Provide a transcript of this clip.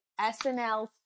SNL